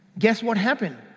guess what happened,